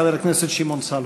חבר הכנסת שמעון סולומון.